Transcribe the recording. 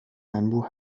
انبوه